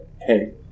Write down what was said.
hey